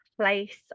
place